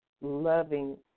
loving